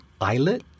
Islet